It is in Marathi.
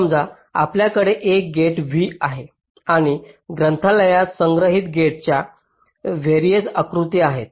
समजा आपल्याकडे एक गेट v आहे आणि ग्रंथालयात संग्रहीत गेट्सच्या versions आवृत्त्या आहेत